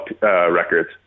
records